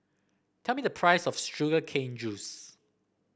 tell me the price of Sugar Cane Juice